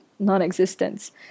non-existence